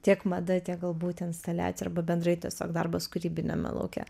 tiek mada tiek galbūt instaliacija arba bendrai tiesiog darbas kūrybiniame lauke